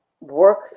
work